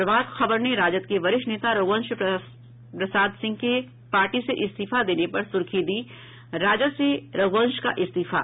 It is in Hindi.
प्रभात खबर ने राजद के वरिष्ठ नेता रघुवंश प्रसाद सिंह के पार्टी से इस्तीफा देने पर सुर्खी दी है राजद से रघुवंश का इस्तीफा